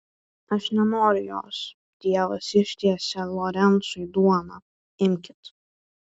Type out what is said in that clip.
aš nenoriu jos tėvas ištiesė lorencui duoną imkit